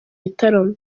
gitaramo